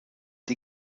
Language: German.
die